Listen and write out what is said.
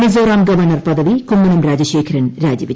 Mizoram governor പദവി കൂമ്മനം രാജശേഖരൻ രാജിവെച്ചു